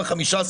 לאחרונה,